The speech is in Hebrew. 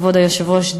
כבוד היושב-ראש,